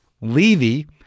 Levy